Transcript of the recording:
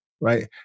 Right